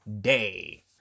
day